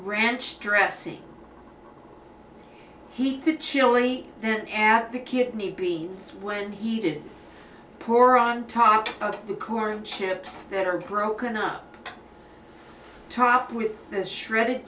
ranch dressing heat the chili and the kidney beans when heated poor on top of the corn chips that are broken up top with the shredded